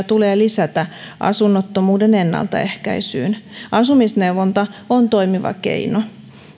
tulee lisätä asunnottomuuden ennaltaehkäisyyn asumisneuvonta on toimiva keino